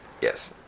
Yes